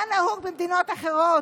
מה נהוג במדינות אחרות?